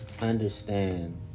understand